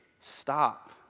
Stop